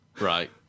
Right